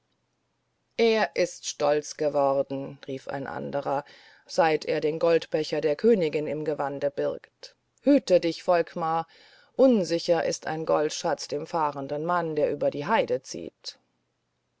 er ist stolz geworden rief ein anderer seit er den goldbecher der königin im gewand birgt hüte dich volkmar unsicher ist ein goldschatz dem fahrenden mann der über die heide zieht